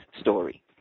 story